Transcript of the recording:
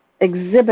exhibit